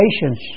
patience